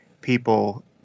people